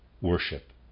worship